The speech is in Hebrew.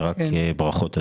ורק ברכות,